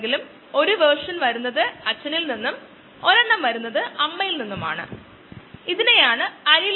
stationery ഫേസിൽ വീണ്ടും കോശങ്ങളുടെ സാന്ദ്രതയിൽ മാറ്റമില്ല അതിനാൽ mu 0 ആണ്